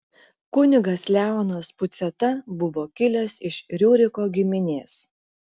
kunigas leonas puciata buvo kilęs iš riuriko giminės